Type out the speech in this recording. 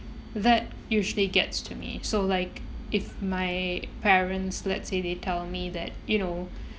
that usually gets to me so like if my parents let's say they tell me that you know